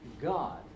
God